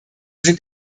sind